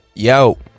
Yo